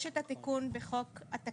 יש את התיקון בחוק התקציב,